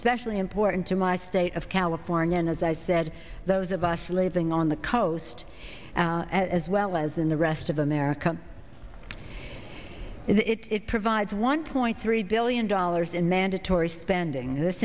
crops specially important to my state of california and as i said those of us living on the coast as well as in the rest of america it provides one point three billion dollars in mandatory spending this